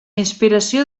inspiració